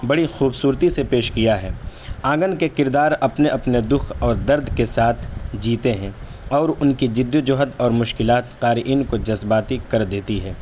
بڑی خوبصورتی سے پیش کیا ہے آنگن کے کردار اپنے اپنے دکھ اور درد کے ساتھ جیتے ہیں اور ان کی جدوجہد اور مشکلات قارئین کو جذباتی کر دیتی ہے